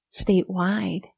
statewide